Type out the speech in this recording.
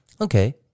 Okay